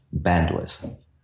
bandwidth